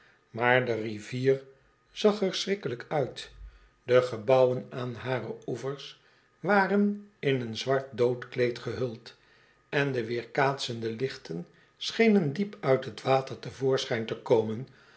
maar de rivier zag er schrikkelijk uit de gebouwen aan hare oevers waren in een zwart doodkleed gehuld en de weerkaatsende lichten schenen diep uit t water te voorschijn te komen